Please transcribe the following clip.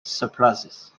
surpluses